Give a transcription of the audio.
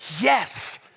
Yes